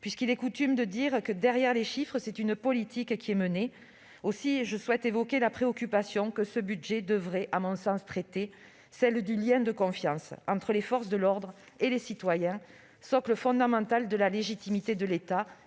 puisqu'il est coutume de dire que, derrière les chiffres, c'est une politique qui est menée. Aussi, à notre sens et c'est notre préoccupation, ce budget devrait traiter du lien de confiance entre les forces de l'ordre et les citoyens, socle fondamental de la légitimité de l'État